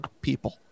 people